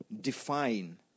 define